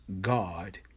God